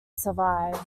survive